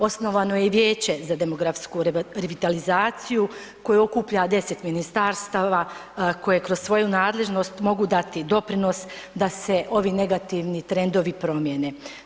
Osnovano je i Vijeće za revitalizaciju koju okuplja 10 ministarstava, koje kroz svoju nadležnost mogu dati i doprinos da se ovi negativni trendovi promijene.